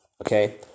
Okay